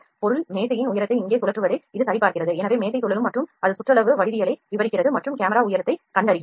பொருள் மேசையின் உயரத்தை இங்கே சுழற்றுவதை இது சரிபார்க்கிறது எனவே மேசை சுழலும் மற்றும் அது சுற்றளவு வடிவவியலை விவரிக்கிறது மற்றும் கேமரா உயரத்தைக் கண்டறிகிறது